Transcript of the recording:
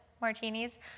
martinis